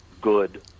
good